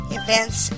events